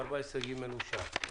אין סעיף 14ג אושר.